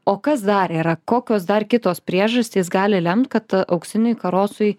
o kas dar yra kokios dar kitos priežastys gali lemt kad auksiniui karosui